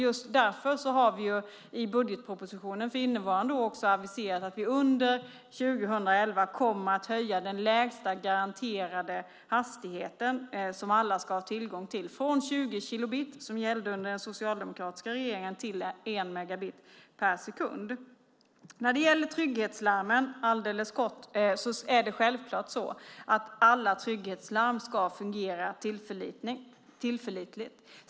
Just därför har vi i budgetpropositionen för innevarande år också aviserat att vi under 2011 kommer att höja den lägsta garanterade hastigheten som alla ska ha tillgång till 20 kilobit, som gällde under den socialdemokratiska regeringen, till 1 megabit per sekund. När det gäller trygghetslarmen, alldeles kort, är det självklart så att alla trygghetslarm ska fungera tillförlitligt.